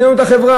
שינינו את החברה.